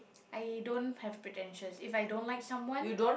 I don't have pretentious if I don't like someone